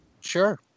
sure